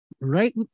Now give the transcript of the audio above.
right